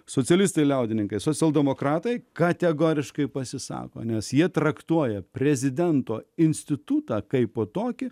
socialistai liaudininkai socialdemokratai kategoriškai pasisako nes jie traktuoja prezidento institutą kaipo tokį